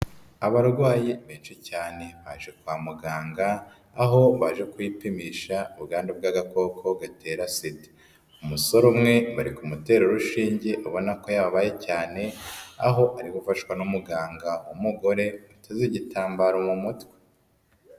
Abarwayi benshi cyane baje kwa muganga, aho baje kwipimisha ubwandu bw'agakoko gatera Sida. Umusore umwe bari kumutera urushinge, ubona ko yababaye cyane, aho ari gufashwa na muganga w'umugore, witeze igitambaro mu mutwe.